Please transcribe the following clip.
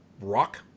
rock